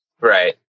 Right